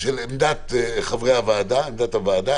של עמדת חברי הוועדה, עמדת הוועדה.